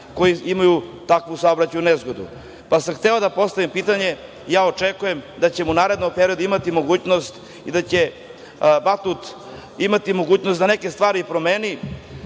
koji imaju takve saobraćajne nezgode. Hteo sam da postavim pitanje, ja očekujem da ćemo u narednom periodu imati mogućnost i da će „Batut“ imati mogućnost da neke stvari promeni,